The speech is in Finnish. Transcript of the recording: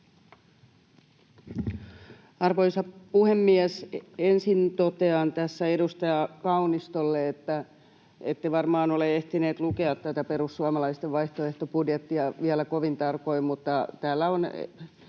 Arvoisa puhemies! Ensin totean tässä edustaja Kaunistolle, että ette varmaan ole ehtinyt lukea tätä perussuomalaisten vaihtoehtobudjettia vielä kovin tarkoin, mutta täällä on